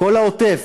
כל העוטף,